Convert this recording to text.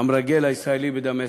המרגל הישראלי בדמשק.